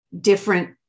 different